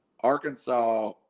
Arkansas